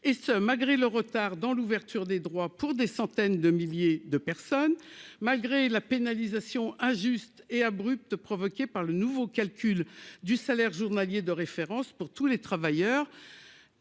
et ce malgré le retard dans l'ouverture des droits pour des centaines de milliers de personnes malgré la pénalisation injuste et abrupt provoquée par le nouveau calcul du salaire journalier de référence pour tous les travailleurs,